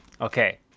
Okay